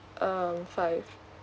um five